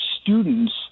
students